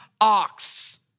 ox